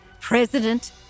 president